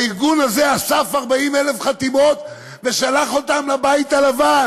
הארגון הזה אסף 40,000 חתימות ושלח אותן לבית הלבן.